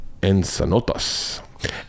Ensanotas